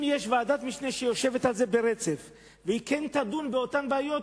אם יש ועדת משנה שיושבת על זה ברצף והיא כן תדון באותן בעיות,